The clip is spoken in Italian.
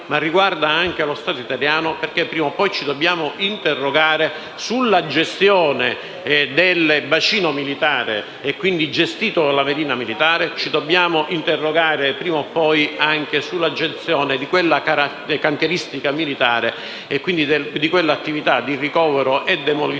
ma riguarda anche lo Stato italiano perché, prima o poi, ci dobbiamo interrogare sulla gestione del bacino militare, gestito dalla Marina militare; ci dobbiamo interrogare prima o poi anche sulla gestione di quella cantieristica militare e, quindi, di quella attività di ricovero e demolizione